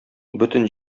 бөтен